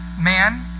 man